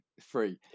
free